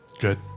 Good